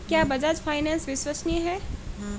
क्या बजाज फाइनेंस विश्वसनीय है?